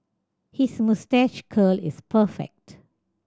his moustache curl is perfect